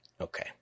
Okay